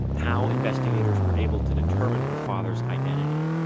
how investigators were able to determine her father's identity.